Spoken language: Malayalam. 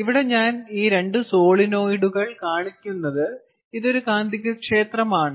ഇവിടെ ഞാൻ ഈ 2 സോളിനോയിഡുകൾ കാണിക്കുന്നത് ഇതൊരു കാന്തികക്ഷേത്രമാണ്